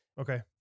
Okay